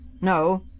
No